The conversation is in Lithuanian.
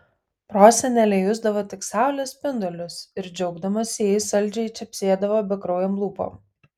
prosenelė jusdavo tik saulės spindulius ir džiaugdamasi jais saldžiai čepsėdavo bekraujėm lūpom